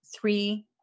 three